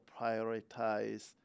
prioritize